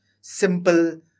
simple